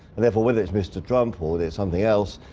and therefore whether it's mr. trump or there's something else,